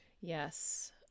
Yes